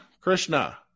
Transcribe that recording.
Krishna